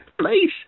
Please